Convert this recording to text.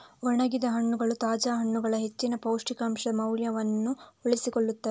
ಒಣಗಿದ ಹಣ್ಣುಗಳು ತಾಜಾ ಹಣ್ಣುಗಳ ಹೆಚ್ಚಿನ ಪೌಷ್ಟಿಕಾಂಶದ ಮೌಲ್ಯವನ್ನು ಉಳಿಸಿಕೊಳ್ಳುತ್ತವೆ